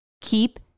keep